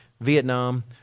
Vietnam